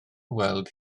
weld